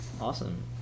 Awesome